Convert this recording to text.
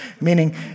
meaning